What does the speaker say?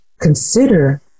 Consider